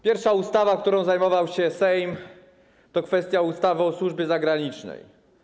Pierwsza ustawa, którą zajmował się Sejm, to ustawa o służbie zagranicznej.